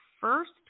first